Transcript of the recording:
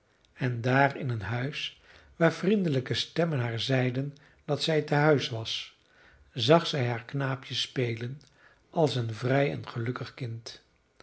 en daar in een huis waar vriendelijke stemmen haar zeiden dat zij tehuis was zag zij haar knaapje spelen als een vrij en gelukkig kind